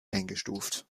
eingestuft